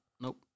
Nope